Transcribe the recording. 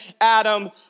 Adam